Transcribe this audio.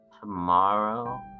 tomorrow